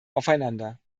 aufeinander